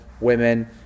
women